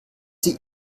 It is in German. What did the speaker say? sie